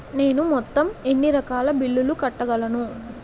నేను మొత్తం ఎన్ని రకాల బిల్లులు కట్టగలను?